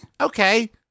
Okay